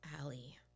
Alley